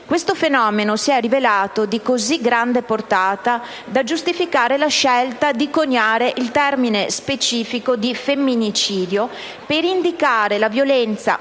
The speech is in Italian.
Questo fenomeno si è rivelato di così grande portata da giustificare la scelta di coniare il termine specifico «femminicidio», per indicare la violenza misogina